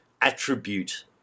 attribute